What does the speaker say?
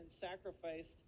sacrificed